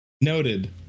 Noted